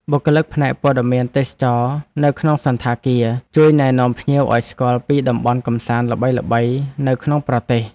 បុគ្គលិកផ្នែកព័ត៌មានទេសចរណ៍នៅក្នុងសណ្ឋាគារជួយណែនាំភ្ញៀវឱ្យស្គាល់ពីតំបន់កម្សាន្តល្បីៗនៅក្នុងប្រទេស។